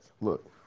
Look